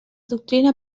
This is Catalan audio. doctrina